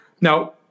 now